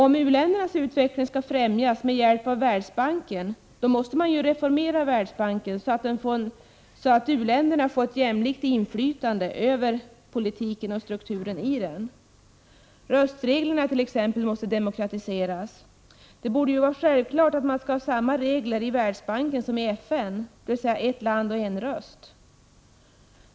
Om u-ländernas utveckling skall främjas med hjälp av Världsbanken, måste man reformera Världsbanken så att u-länderna får ett med i-länderna jämlikt inflytande över bankens politik och dess struktur. Röstreglerna måste t.ex. demokratiseras. Det borde vara självklart att man skall ha samma regler i Världsbanken som i FN, dvs. ett land en röst.